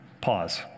Pause